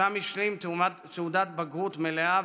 שם השלים תעודת בגרות מלאה,